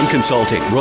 Consulting